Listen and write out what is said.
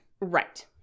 Right